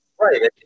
right